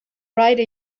write